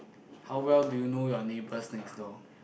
how well do you know your neighbours next door